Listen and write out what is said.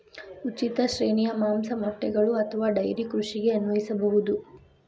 ಉಚಿತ ಶ್ರೇಣಿಯು ಮಾಂಸ, ಮೊಟ್ಟೆಗಳು ಅಥವಾ ಡೈರಿ ಕೃಷಿಗೆ ಅನ್ವಯಿಸಬಹುದು